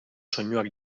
soinuak